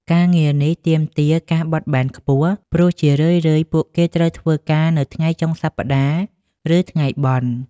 ការងារនេះទាមទារការបត់បែនខ្ពស់ ព្រោះជារឿយៗពួកគេត្រូវធ្វើការនៅថ្ងៃចុងសប្តាហ៍ ឬថ្ងៃបុណ្យ។